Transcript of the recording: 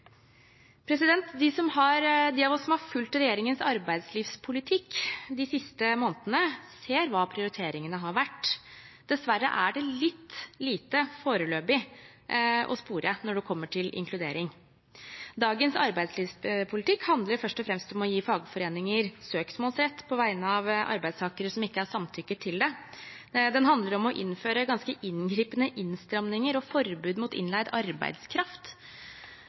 De av oss som har fulgt regjeringens arbeidslivspolitikk de siste månedene, ser hva prioriteringene har vært. Dessverre er det foreløpig litt lite å spore når det gjelder inkludering. Dagens arbeidslivspolitikk handler først og fremst om å gi fagforeninger søksmålsrett på vegne av arbeidstakere som ikke har samtykket til det. Den handler om å innføre ganske inngripende innstramminger og forbud mot innleid arbeidskraft.